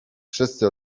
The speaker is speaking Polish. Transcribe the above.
wszyscy